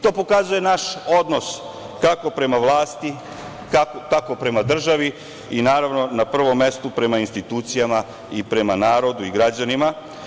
To pokazuje naš odnos kako prema vlasti, tako prema državi i, naravno, na prvom mestu prema institucijama i prema narodu i građanima.